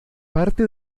parte